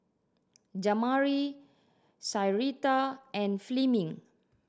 Jamari Syreeta and Fleming